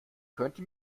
könnte